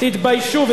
תתביישו.